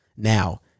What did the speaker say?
Now